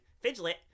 Fidget